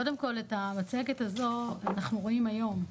קודם כל את המצגת הזו אנחנו רואים היום.